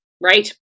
Right